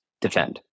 defend